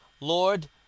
Lord